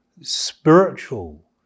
spiritual